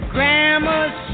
Grandma's